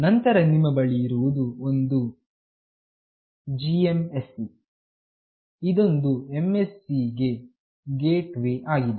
ನಂತರ ನಿಮ್ಮ ಬಳಿ ಇರುವುದು ಒಂದು GMSC ಇದೊಂದು MSC ಗೇಟ್ ವೇ ಆಗಿದೆ